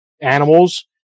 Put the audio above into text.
animals